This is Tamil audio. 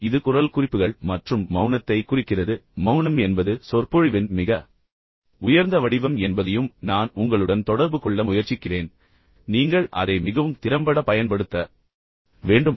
இது குரல் குறிப்புகள் மற்றும் மௌனத்தை குறிக்கிறது ஆனால் மௌனம் என்பது சொற்பொழிவின் மிக உயர்ந்த வடிவம் என்பதையும் நான் உங்களுடன் தொடர்பு கொள்ள முயற்சிக்கிறேன் பின்னர் நீங்கள் அதை மிகவும் திறம்பட பயன்படுத்த வேண்டும்